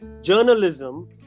journalism